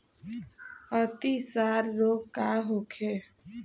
अतिसार रोग का होखे?